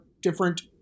different